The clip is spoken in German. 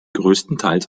größtenteils